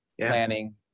planning